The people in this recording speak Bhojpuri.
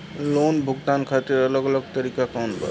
लोन भुगतान खातिर अलग अलग तरीका कौन बा?